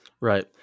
Right